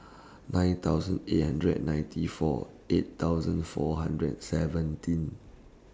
nine thousand eight hundred and ninety four eight thousand four hundred and seventeen